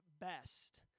best